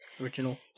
original